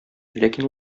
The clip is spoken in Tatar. ләкин